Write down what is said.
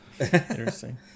Interesting